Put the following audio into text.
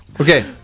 okay